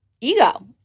ego